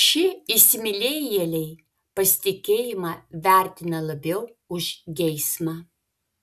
šie įsimylėjėliai pasitikėjimą vertina labiau už geismą